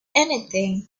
anything